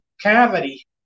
cavity